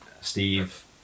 Steve